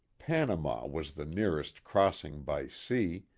panama was the nearest crossing by sea,